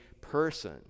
person